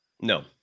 No